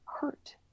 hurt